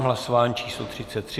Hlasování číslo 33.